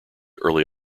early